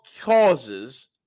causes